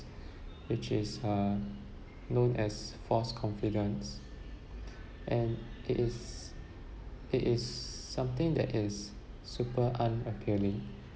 which is uh known as false confidence and it is it is something that is super unappealing